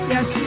Yes